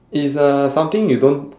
it's uh something you don't